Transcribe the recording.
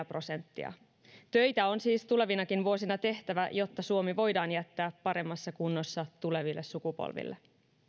prosenttia töitä on siis tulevinakin vuosina tehtävä jotta suomi voidaan jättää paremmassa kunnossa tuleville sukupolville